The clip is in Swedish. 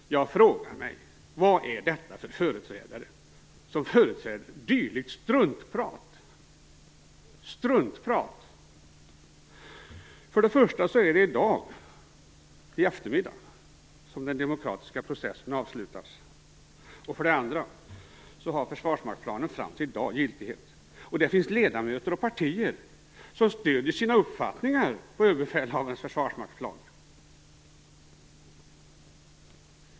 Jag frågar mig: Vad är detta för företrädare, som kommer med dylikt struntprat? För det första är det i dag som den demokratiska processen avslutas. För det andra har försvarsmaktsplanen giltighet fram till i dag. Det finns ledamöter i alla partier som stöder sina uppfattningar på Överbefälhavarens försvarsmaktsplan.